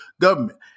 government